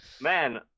Man